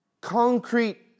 concrete